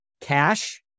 Cash